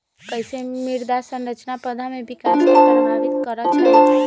कईसे मृदा संरचना पौधा में विकास के प्रभावित करई छई?